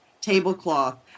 tablecloth